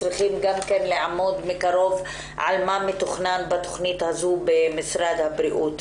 צריך לעמוד מקרוב על מה מתוכנן בתוכנית הזו במשרד הבריאות.